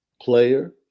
player